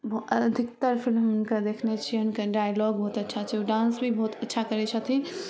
अधिकतर फिलिम हुनकर देखने छिअनि हुनकर डायलॉग बहुत अच्छा छै ओ डान्स भी बहुत अच्छा करै छथिन